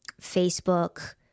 Facebook